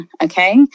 okay